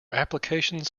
applications